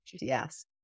Yes